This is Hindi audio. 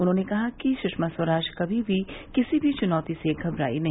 उन्होंने कहा कि सुषमा स्वराज कभी भी किसी भी चुनौती से घबराई नहीं